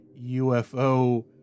UFO